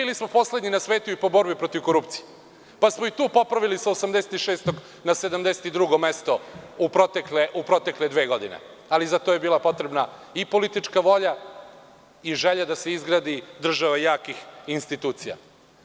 Bili smo poslednji na svetu i po borbi protiv korupcije, pa smo i to popravili sa 86. na 72. mesto u protekle dve godine, ali za to je bila potrebna i politička volja i želja da se izgradi država jakih institucija.